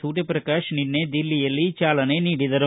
ಸೂರ್ಯಪ್ರಕಾಶ ನಿನ್ನೆ ದಿಲ್ಲಿಯಲ್ಲಿ ಚಾಲನೆ ನೀಡಿದರು